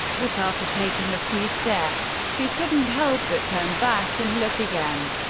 but after taking a few steps, she couldn't help but turn back and look again.